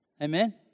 Amen